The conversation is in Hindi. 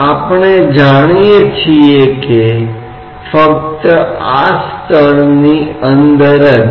एक मामले में यह एक त्वरण हो सकता है अन्य मामलों में यह नहीं हो सकता है अन्यथा यह बहुत समान है